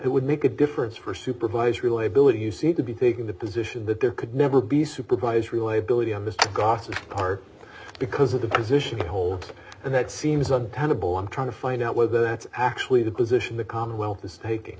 it would make a difference for supervised reliability you seem to be taking the position that there could never be supervised reliability of a gossip part because of the position you hold and that seems untenable i'm trying to find out whether that's actually the position the commonwealth is taking